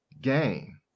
gain